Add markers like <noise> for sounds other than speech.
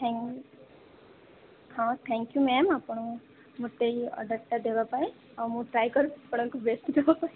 <unintelligible> ହଁ thank you ma'am ଆପଣ ମୋତେ ଏଇ ଅର୍ଡରଟା ଦେବା ପାଇଁ ଆଉ ମୁଁ ଟ୍ରାଏ କରୁଛି ଆପଣଙ୍କୁ ବେଷ୍ଟ ଦେବାପାଇଁ